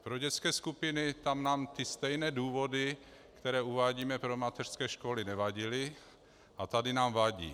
Pro dětské skupiny, tam nám ty stejné důvody, které uvádíme pro mateřské školy, nevadily, a tady nám vadí.